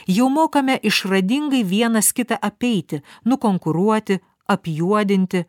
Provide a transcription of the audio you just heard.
jau mokame išradingai vienas kitą apeiti nukonkuruoti apjuodinti